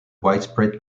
widespread